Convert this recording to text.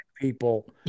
people